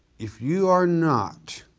if you are not